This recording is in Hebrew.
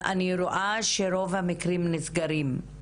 אני רואה שרוב המקרים נסגרים.